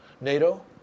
NATO